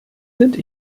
sind